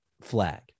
Flag